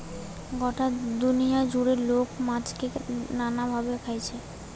গটা দুনিয়া জুড়ে লোক মাছকে নানা ভাবে খাইছে